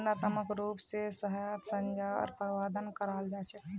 दण्डात्मक रूप स यहात सज़ार प्रावधान कराल जा छेक